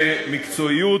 ברגישות ובמקצועיות.